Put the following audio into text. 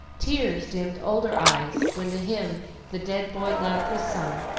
tears dimmed older eyes when the hymn the dead boy loved was sung,